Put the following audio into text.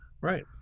Right